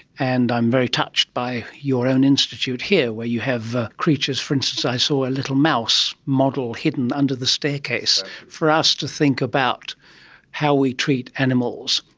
and i'm very touched by your own institute here where you have creatures, for instance i saw a little mouse model hidden under the staircase for us to think about how we treat animals.